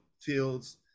fields